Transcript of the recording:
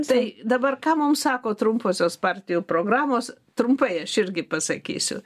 tai dabar ką mum sako trumposios partijų programos trumpai aš irgi pasakysiu